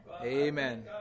Amen